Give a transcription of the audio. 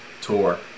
Tour